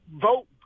vote